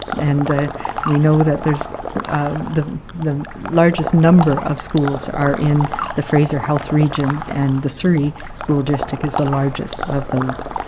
and ah we know that the the largest number of schools are in the fraser health region and the surrey school district is the largest of those.